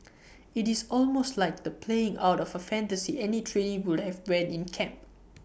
IT is almost like the playing out of A fantasy any trainee would have when in camp